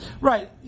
Right